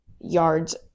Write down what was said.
yards